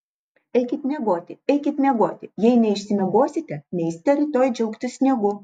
eikit miegoti eikit miegoti jei neišsimiegosite neisite rytoj džiaugtis sniegu